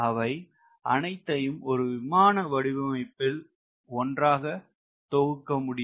அவை அனைத்தையும் ஒரு விமான வடிவமைப்பில் ஒன்றாக தொகுக்க முடியும்